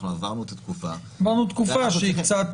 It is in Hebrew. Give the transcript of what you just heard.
אנחנו עברנו את התקופה --- עברנו תקופה שהיא קצת